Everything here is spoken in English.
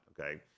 okay